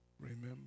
Remember